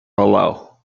below